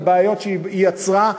על בעיות שהיא יצרה,